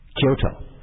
Kyoto